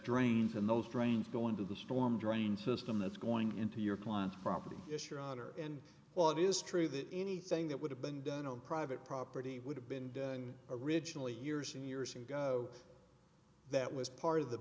drains and those drains go into the storm drain system that's going into your client property issue rotter and well it is true that anything that would have been done on private property would have been done originally years and years ago that was part of the